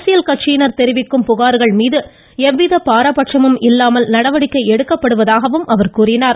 அரசியல் கட்சியினர் தெரிவிக்கும் புகார்கள் மீது எவ்வித பாரபட்சமும் இல்லாமல் நடவடிக்கை எடுக்கப்படுவதாக அவர் கூறினார்